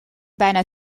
bijna